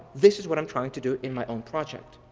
this is what i'm trying to do in my own project,